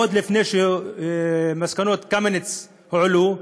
עוד לפני שמסקנות קמיניץ הועלו,